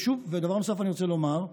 דבר נוסף אני רוצה לומר,